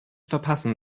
verpassen